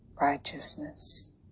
righteousness